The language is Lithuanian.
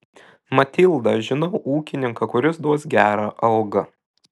matilda aš žinau ūkininką kuris duos gerą algą